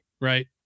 right